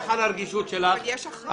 על הרגישות שלך אבל --- אבל יש הכרעה.